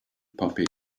puppy